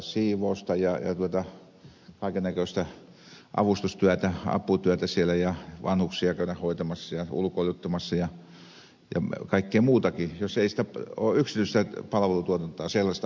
siivousta ja kaikennäköistä avustustyötä aputyötä siellä ja vanhuksia käydä hoitamassa ulkoiluttamassa ja kaikkea muutakin jos ei siellä ole sellaista yksityistä palveluntuotantoa ole olemassa